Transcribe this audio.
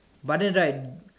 but then right